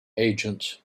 agents